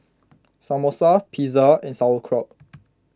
Samosa Pizza and Sauerkraut